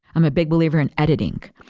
i'm a big believer in editing.